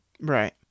Right